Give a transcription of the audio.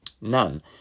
None